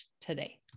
today